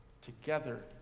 together